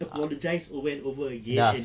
apologise over and over again